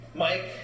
Mike